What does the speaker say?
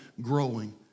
growing